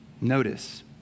Notice